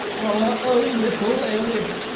our own little erik,